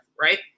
right